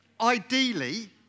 ideally